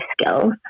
skills